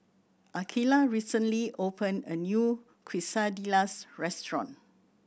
Akeelah recently opened a new Quesadillas restaurant